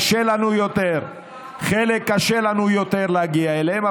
קשה לנו יותר להגיע אליהם,